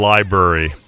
Library